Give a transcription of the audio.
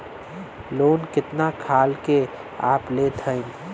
Loan कितना खाल के आप लेत हईन?